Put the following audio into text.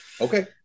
Okay